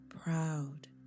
proud